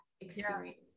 experience